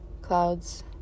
clouds